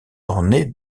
ornés